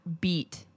beat